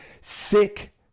sick